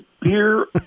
beer